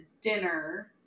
dinner